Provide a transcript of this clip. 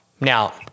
Now